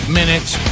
minutes